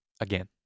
again